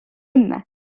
õnne